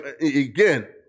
again